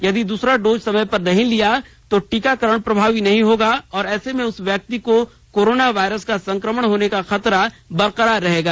यदि दूसरा डोज समय पर नहीं लिया गया तो टीकाकरण प्रभावी नहीं होगा और ऐसे में उस व्यक्ति को कोरोना वायरस का संक्रमण होने का खतरा बरकरार रहेगा